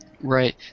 Right